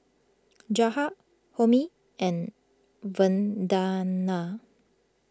Jahat Homi and Vandana